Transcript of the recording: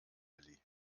willi